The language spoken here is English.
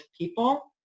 people